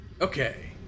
Okay